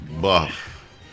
buff